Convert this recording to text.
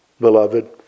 beloved